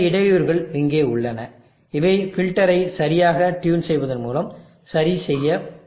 இந்த இடையூறுகள் இங்கே உள்ளன இவை ஃபில்டரை சரியாக டியூன் செய்வதன் மூலம் சரிசெய்யப்பட வேண்டும்